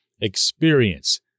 experience